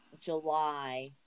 July